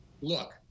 Look